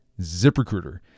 ZipRecruiter